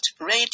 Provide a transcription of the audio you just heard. radio